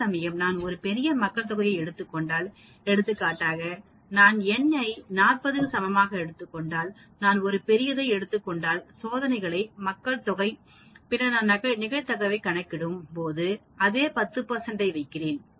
அதேசமயம் நான் ஒரு பெரிய மக்கள்தொகையை எடுத்துக் கொண்டால் எடுத்துக்காட்டாக நான் n ஐ 40 க்கு சமமாக எடுத்துக் கொண்டால் நான் ஒரு பெரியதை எடுத்துக் கொண்டால் சோதனைக்கான மக்கள் தொகை பின்னர் நான் நிகழ்தகவைக் கணக்கிடும்போது அதே 10 ஐ வைத்திருக்கிறேன்